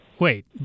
Wait